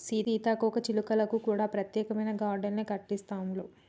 సీతాకోక చిలుకలకు కూడా ప్రత్యేకమైన గార్డెన్లు కట్టిస్తాండ్లు